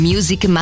Music